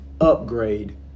upgrade